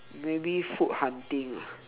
maybe food hunting ah